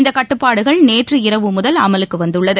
இந்த கட்டுப்பாடுகள் நேற்று இரவு அமலுக்கு வந்துள்ளது